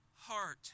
heart